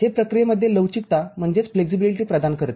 हे प्रक्रियेमध्ये लवचिकता प्रदान करते